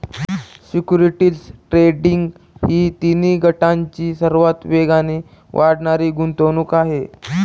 securities trading ही तिन्ही गटांची सर्वात वेगाने वाढणारी गुंतवणूक आहे